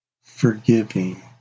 forgiving